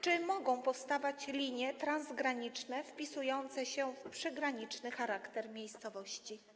Czy mogą powstawać linie transgraniczne wpisujące się w przygraniczny charakter miejscowości?